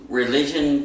religion